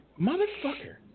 Motherfucker